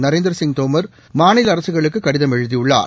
நரேந்திரசிங் தோமர் மாநில அரசுகளுக்கு கடிதம் எழுதியுள்ளார்